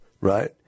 Right